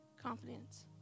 Confidence